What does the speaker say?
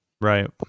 Right